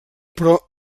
però